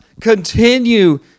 continue